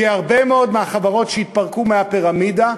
כי הרבה מאוד מהחברות שיתפרקו מהפירמידה,